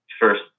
First